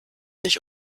nicht